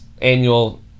annual